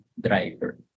driver